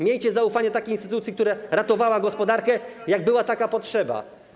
Miejcie zaufanie do takiej instytucji, która ratowała gospodarkę, jak była taka potrzeba.